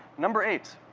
number eight.